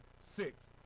six